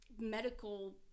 medical